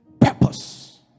purpose